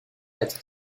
être